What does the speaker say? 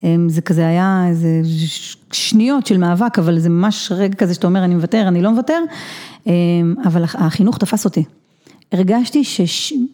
זה כזה היה איזה שניות של מאבק, אבל זה ממש רגע כזה שאתה אומר אני מוותר, אני לא מוותר, אבל החינוך תפס אותי, הרגשתי ש...